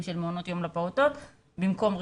של תקנות היום לפעוטות במקום רישיון.